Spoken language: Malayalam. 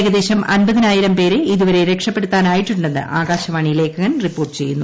ഏകദേശം അൻപതിനായിരം പേരെ ഇതുവരെ രക്ഷപ്പെടുത്താനായിട്ടുണ്ടെന്ന് ആകാശവാണി ലേഖകൻ റിപ്പോർട്ട് ചെയ്യുന്നു